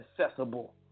accessible